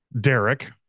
Derek